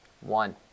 One